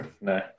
No